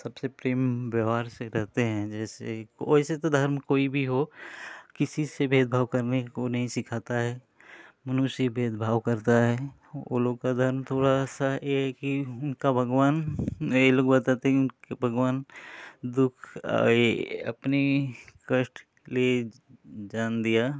सबसे प्रेम व्यवहार से रहते हैं जैसे वैसे तो धर्म कोई भी हो किसी से भेदभाव करने को नहीं सिखाता है मनुष्य ही भेदभाव करता है उ लोग का धर्म थोड़ा सा यह है कि उनका भगवान ये लोग बताते है भगवान कि दुःख ये अपनी कष्ट लिए जान दिया